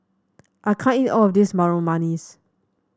I can't eat all of this manis